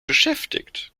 beschäftigt